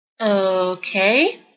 Okay